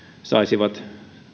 saisivat